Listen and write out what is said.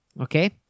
Okay